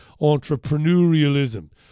Entrepreneurialism